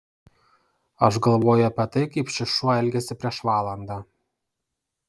aš galvoju apie tai kaip šis šuo elgėsi prieš valandą